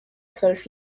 zwölf